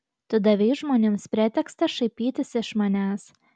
tu davei žmonėms pretekstą šaipytis iš manęs